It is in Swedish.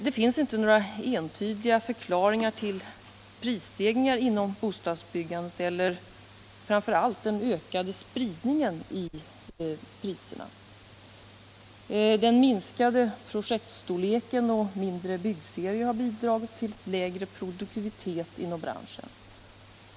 Det finns inte någon entydig förklaring till prisstegringarna inom bostadsbyggandet eller framför allt den ökade spridningen av priserna. Den minskade projektstorleken och mindre byggserier har bidragit till lägre produktivitet inom branschen.